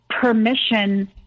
permission